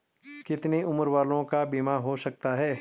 कितने उम्र वालों का बीमा हो सकता है?